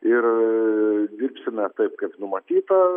ir dirbsime taip kaip numatyta